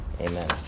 Amen